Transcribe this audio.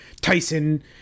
Tyson